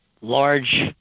large